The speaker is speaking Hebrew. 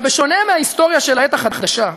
בשונה מההיסטוריה של העת החדשה,